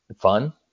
fun